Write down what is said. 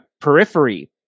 periphery